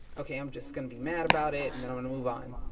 okay, i'm just gonna be mad about it, and then i'm gonna move on.